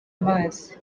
mazi